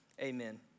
amen